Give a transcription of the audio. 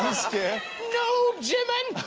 scared no jimin!